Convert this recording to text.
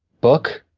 book,